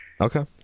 Okay